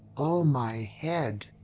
oh, my head!